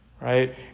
right